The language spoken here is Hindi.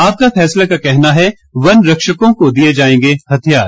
आपका फैसला का कहना है वन रक्षकों को दिए जाएंगे हथियार